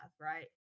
right